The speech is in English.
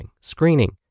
screening